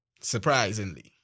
Surprisingly